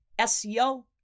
SEO